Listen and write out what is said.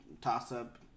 toss-up